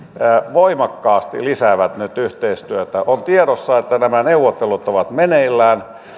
voimakkaasti lisäävät nyt yhteistyötä on tiedossa että nämä neuvottelut ovat meneillään